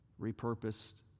Repurposed